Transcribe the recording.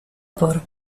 por